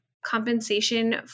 Compensation